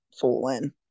fooling